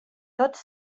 tots